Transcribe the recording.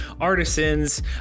artisans